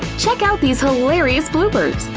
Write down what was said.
check out these hilarious bloopers!